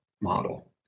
model